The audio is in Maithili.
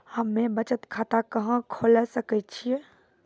हम्मे बचत खाता कहां खोले सकै छियै?